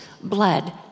blood